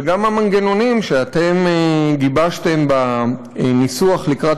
וגם המנגנונים שאתם גיבשתם בניסוח לקראת